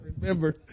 remember